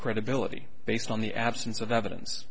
credibility based on the absence of evidence